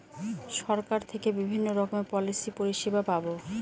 সরকার থেকে বিভিন্ন রকমের পলিসি পরিষেবা পাবো